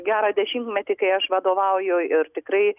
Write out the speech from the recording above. gerą dešimtmetį kai aš vadovauju ir tikrai